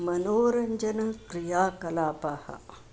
मनोरञ्जनक्रियाकलापाः